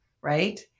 right